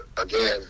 again